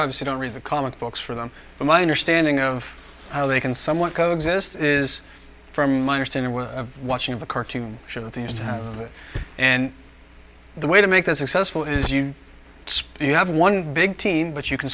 obviously don't read the comic books for them but my understanding of how they can somewhat co exist is from my understanding with watching of a cartoon show that seems to have and the way to make this successful is you speak you have one big team but you can